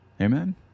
Amen